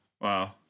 Wow